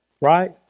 Right